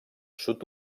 sud